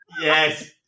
yes